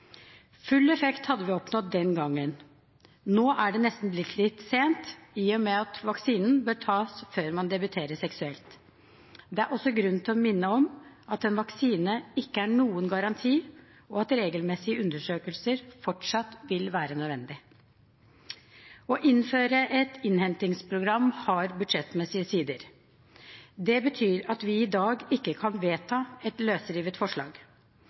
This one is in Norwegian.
Full effekt hadde vi oppnådd den gangen. Nå er det nesten blitt litt sent, i og med at vaksinen bør tas før man debuterer seksuelt. Det er også grunn til å minne om at en vaksine ikke er noen garanti, og at regelmessige undersøkelser fortsatt vil være nødvendig. Å innføre et innhentingsprogram har budsjettmessige sider. Det betyr at vi i dag ikke kan vedta et løsrevet forslag.